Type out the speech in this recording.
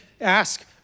ask